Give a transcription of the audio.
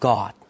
God